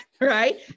Right